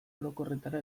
orokorretara